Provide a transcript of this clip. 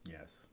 Yes